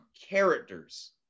characters